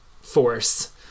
force